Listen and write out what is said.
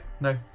no